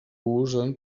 usen